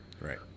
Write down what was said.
Right